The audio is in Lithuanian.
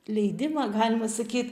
leidimą galima sakyt